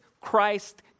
Christ